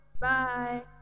Bye